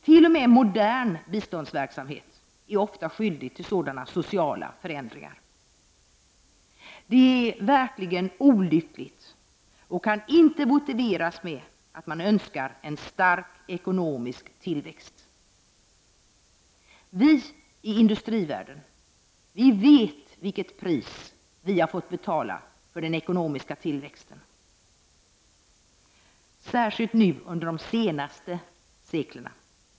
T.o.m. modern biståndsverksamhet är ofta skyldig till sådana sociala förändringar. Det är verkligen olyckligt och kan inte motiveras med att man önskar en stark ekonomisk tillväxt. Vi i industrivärlden vet vilket pris vi har fått betala för den ekonomiska tillväxten, särskilt nu under de senaste seklerna.